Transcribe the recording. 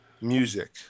music